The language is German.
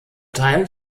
teil